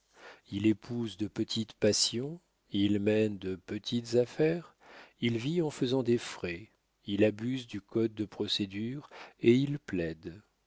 il épouse de petites passions il mène de petites affaires il vit en faisant des frais il abuse du code de procédure et il plaide